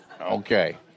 Okay